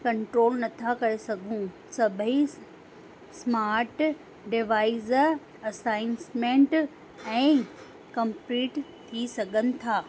control नथा करे सघूं सभई स्मार्ट डिवाइज असाइंमेंट ऐं कंप्लीट थी सघनि था